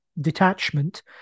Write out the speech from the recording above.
detachment